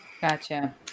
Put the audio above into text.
Gotcha